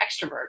extrovert